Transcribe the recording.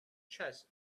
chess